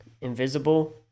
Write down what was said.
invisible